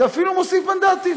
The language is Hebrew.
זה אפילו מוסיף מנדטים.